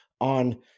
on